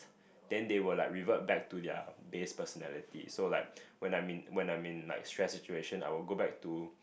then they will like revert back to their base personality so like when I'm in when I'm in like stress situation I will go back to